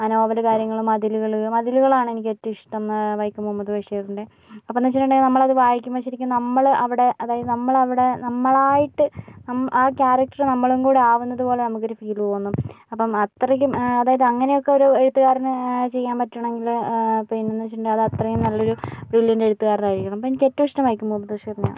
ആ നോവല് കാര്യങ്ങള് മതിലുകള് മതിലുകളാണ് എനിക്ക് ഏറ്റവും ഇഷ്ടം വൈക്കം മുഹമ്മദ് ബഷീറിൻ്റെ അപ്പോന്ന് വച്ചിട്ടുണ്ടെങ്കീ നമ്മള് അത് വായിക്കുമ്പോ ശരിക്കും നമ്മള് അവിടെ അതായത് നമ്മളവിടെ നമ്മളായിട്ട് നമ് ആ ക്യാരക്ടറ് നമ്മളും കൂടെ ആവുന്നത് പോലെ നമുക്കൊരു ഫീല് തോന്നും അപ്പം അത്രക്കും അതായത് അങ്ങനൊക്കെ ഒരു എഴുത്തുകാരന് ചെയ്യാൻ പറ്റണങ്കില് പിന്നെന്ന് വെച്ചിട്ടുണ്ടെങ്കി അത് അത്രയും നല്ലൊരു വലിയ എഴുത്തുകാരനായിരിക്കണം അപ്പ എനിക്ക് ഏറ്റവും ഇഷ്ടം വൈക്കം മുഹമ്മദ് ബഷീറിനെയാണ്